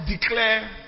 declare